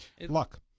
Luck